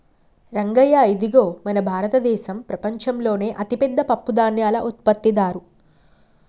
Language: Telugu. రంగయ్య ఇదిగో మన భారతదేసం ప్రపంచంలోనే అతిపెద్ద పప్పుధాన్యాల ఉత్పత్తిదారు